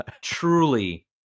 truly